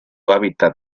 hábitat